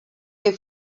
que